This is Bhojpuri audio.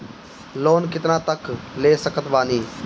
लोन कितना तक ले सकत बानी?